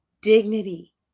Dignity